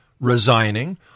resigning